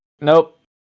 Nope